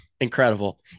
incredible